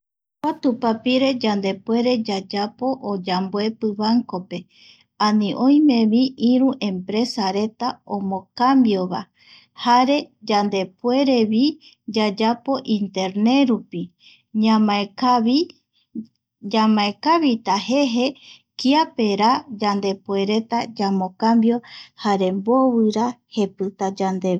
Kua tupapire yandepuere yayapo o yayapo banco pe, ani oimevi iru empresa reta omocambio va, jare yandepuerevi yayapo internet rup iñamaekavi ñamaekavita jeje kiape ra yandepuereta yamocambio jare mbovira jepita yandeve.